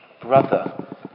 Brother